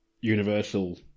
Universal